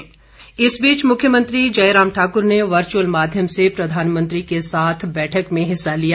मुख्यमंत्री इस बीच मुख्यमंत्री जयराम ठाकुर ने वर्चुअल माध्यम से प्रधानमंत्री के साथ बैठक में हिस्सा लिया